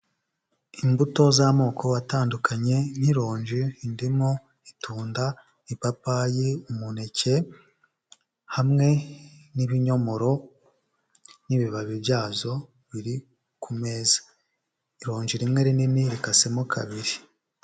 Imbuto z'amoko atandukanye: nk'ironje, indimu, itunda, ipapayi, umuneke hamwe n'ibinyomoro n'ibibabi byazo biri ku meza, ironji rimwe rinini rikase mo kabiri.